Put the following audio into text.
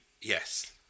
Yes